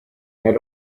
had